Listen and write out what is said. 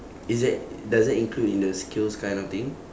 is that does that include in the skills kind of thing